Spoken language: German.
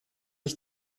ich